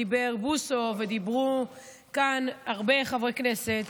דיבר בוסו ודיברו כאן הרבה חברי כנסת,